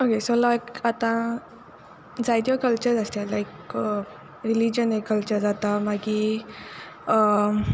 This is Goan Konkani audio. ओके सो लायक आतां जायत्यो कल्चर आसताय लायक रिलीजन एक कल्चर जाता मागीर